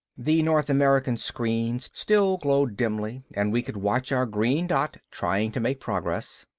the north america screen still glowed dimly and we could watch our green dot trying to make progress.